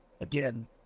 Again